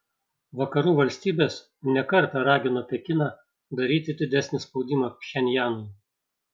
vakarų valstybės ne kartą ragino pekiną daryti didesnį spaudimą pchenjanui